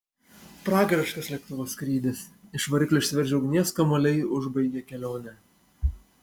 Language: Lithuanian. pragariškas lėktuvo skrydis iš variklio išsiveržę ugnies kamuoliai užbaigė kelionę